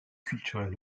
culturel